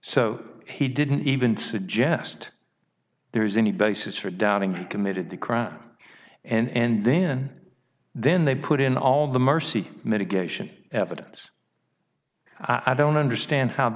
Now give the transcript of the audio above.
so he didn't even suggest there's any basis for doubting he committed the crime and then then they put in all the mercy medication evidence i don't understand how